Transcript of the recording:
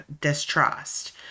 distrust